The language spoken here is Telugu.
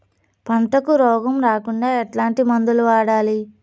పంటకు రోగం రాకుండా ఎట్లాంటి మందులు వాడాలి?